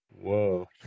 whoa